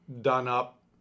done-up